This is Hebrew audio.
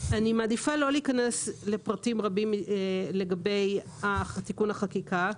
אני מעדיפה לא להיכנס לפרטים לגבי תיקון החקיקה,